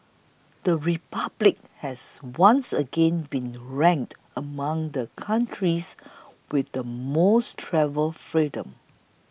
the Republic has once again been ranked among the countries with the most travel freedom